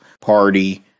party